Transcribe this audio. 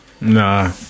Nah